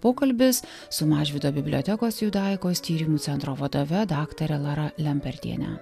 pokalbis su mažvydo bibliotekos judaikos tyrimų centro vadove daktare laura lempertiene